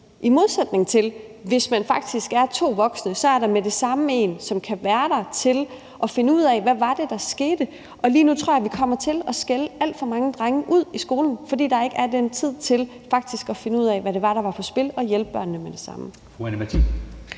i modsætning til det er to voksne, så er der med samme en, som kan være med til at finde ud af, hvad det var, der skete. Lige nu tror jeg, vi kommer til at skælde alt for mange drenge i skolen ud, fordi der faktisk ikke er den tid til at finde ud af, hvad det var, der var på spil, og hjælpe børnene med det samme.